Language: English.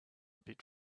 bit